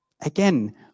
Again